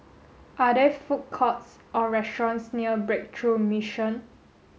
are there food courts or restaurants near Breakthrough Mission